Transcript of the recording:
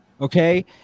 Okay